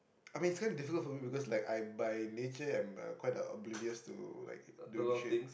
I mean it's kinda difficult for me because like I by nature I'm a quite uh oblivious to like doing shit